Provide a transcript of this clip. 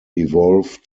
evolve